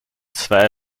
zwei